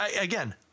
Again